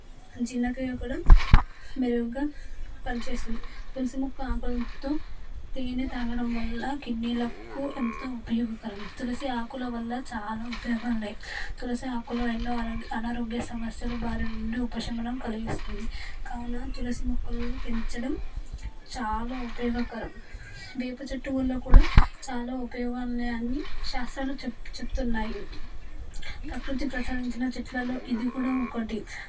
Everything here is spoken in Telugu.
జీర్ణక్రియ కూడా మెరుగ్గా పనిచేస్తుంది తులసి మొక్క ఆకులతో తేనె తాగడం వల్ల కిడ్నీలకు ఎంతో ఉపయోగకరము తులసి ఆకుల వల్ల చాలా ఉపయోగాలు ఉన్నాయి తులసి ఆకులు ఎన్నో అనారోగ్య అనారోగ్య సమస్యల బారి నుండి ఉపశమనం కలిగిస్తుంది కావున తులసి మొక్కలను పెంచడం చాలా ఉపయోగకరం వేప చెట్టు వల్ల కూడా చాలా ఉపయోగాలు ఉన్నాయని శాస్త్రాలు చెప్పు చెప్పుతున్నాయి ప్రకృతి ప్రసాదించిన చెట్లలలో ఇది కూడా ఒకటి